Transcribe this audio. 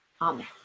Amen